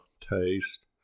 taste